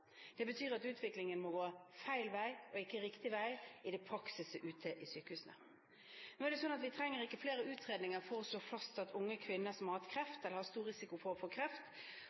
Det betyr at utviklingen går feil vei – ikke riktig vei – i praksis, ute i sykehusene. Nå er det slik at vi ikke trenger flere utredninger for å slå fast at unge kvinner som har hatt kreft, eller som har stor risiko for å få kreft,